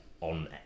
on